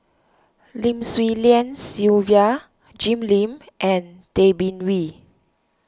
Lim Swee Lian Sylvia Jim Lim and Tay Bin Wee